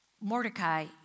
Mordecai